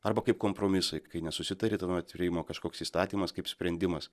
arba kaip kompromisai kai nesusitari tuomet priimama kažkoks įstatymas kaip sprendimas